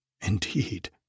Indeed